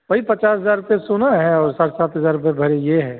वही पचास हज़ार रुपये सोना है और साढ़े सात हज़ार रुपये भरी यह है